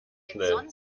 schnell